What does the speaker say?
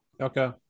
Okay